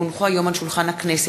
כי הונחו היום על שולחן הכנסת,